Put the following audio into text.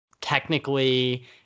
technically